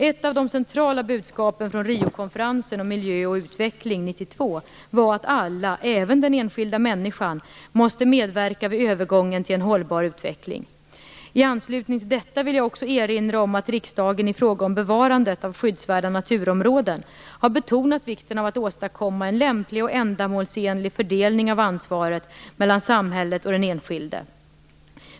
Ett av de centrala budskapen från Riokonferensen om miljö och utveckling år 1992 var att alla, även den enskilda människan, måste medverka vid övergången till en hållbar utveckling. I anslutning till detta vill jag också erinra om att riksdagen i fråga om bevarandet av skyddsvärda naturområden har betonat vikten av att åstadkomma en lämplig och ändamålsenlig fördelning av ansvaret mellan samhället och den enskilde.